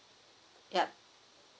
yup